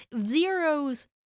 zeros